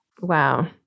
Wow